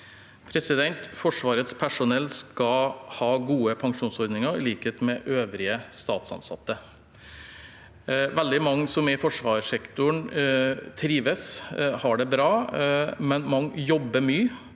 Forsvarets personell skal ha gode pensjonsordninger, i likhet med øvrige statsansatte. Veldig mange som er i forsvarssektoren, trives og har det bra, men mange jobber mye.